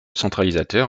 centralisateur